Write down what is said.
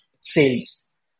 sales